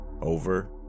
over